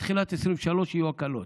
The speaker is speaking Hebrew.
בתחילת 2023 יהיו הקלות.